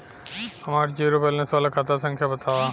हमार zero balance वाला खाता संख्या वतावा?